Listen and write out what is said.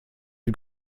une